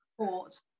support